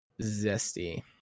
Zesty